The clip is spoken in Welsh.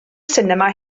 sinema